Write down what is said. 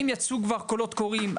אם יצאו כבר קולות קוראים,